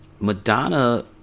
Madonna